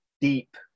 deep